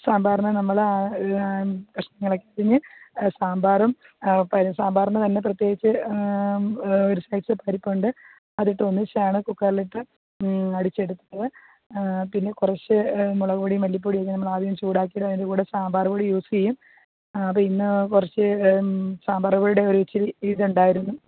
സാമ്പാറിനു നമ്മൾ ഷ് കഷ്ണത്തിന് സാമ്പാറും പരിപ്പും സാമ്പാറിന് നല്ല പിന്നെ പ്രതേകിച്ച് ഒരു സ്പെഷ്യൽ പരിപ്പുണ്ട് അത് ഇട്ട് ഒന്നിച്ചാണ് കുക്കറിൽ ഇട്ട് അടിച്ചെടുത്ത് പിന്നെ കുറച്ച് മുളക് പൊടി മല്ലി പൊടി നമ്മൾ ആദ്യം ചൂടാക്കുക അതിന്റ്റെ കൂടെ സാമ്പാർ പൊടി യൂസ് ചെയ്യും പിന്നെ കുറച്ച് സാമ്പാർ പൊടിയുടെ ഇച്ചിരി ഇത് ഉണ്ടായിരുന്നു